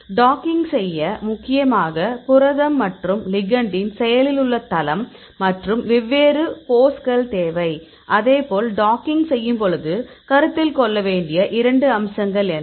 docking செய்ய முக்கியமாக புரத மற்றும் லிகெண்டின் செயலில் உள்ள தளம் மற்றும் வெவ்வேறு போஸ்கள் தேவை அதே போல் டாக்கிங் செய்யும் பொழுது கருத்தில் கொள்ள வேண்டிய இரண்டு வெவ்வேறு அம்சங்கள் என்ன